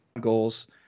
goals